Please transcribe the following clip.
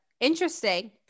Interesting